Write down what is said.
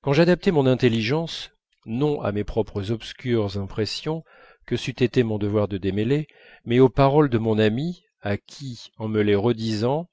quand j'adaptais mon intelligence non à mes propres obscures impressions que c'eût été mon devoir de démêler mais aux paroles de mon ami à qui en me les redisant